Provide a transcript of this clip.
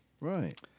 Right